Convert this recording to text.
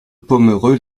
pomereux